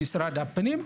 למשרד הפנים,